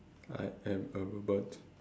I am a robot